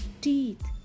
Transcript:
teeth